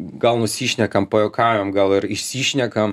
gal nusišnekam pajuokavom gal ir išsišnekam